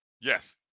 Yes